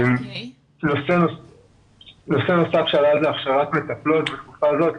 נושא נוסף שעלה הוא הכשרת מטפלות בתקופה הזאת.